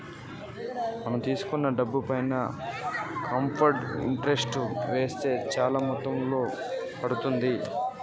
మనం తీసుకున్న డబ్బుపైన కాంపౌండ్ ఇంటరెస్ట్ వేస్తే చానా మొత్తంలో పడతాది